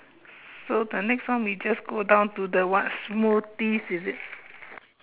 so the next one we just go down to the what smoothies is it